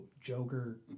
Joker